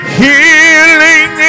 healing